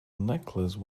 necklace